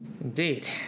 Indeed